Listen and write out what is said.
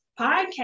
podcast